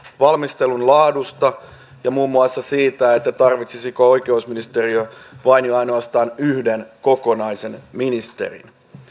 valmistelun laadusta ja muun muassa siitä tarvitsisiko oikeusministeriö vain ja ainoastaan yhden kokonaisen ministerin